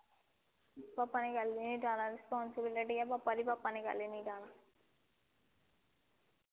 पापा नै कैली निं जाना रिस्पांसिबिलिटी ऐ पापा दी पापा नै कैली निं जाना